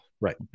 Right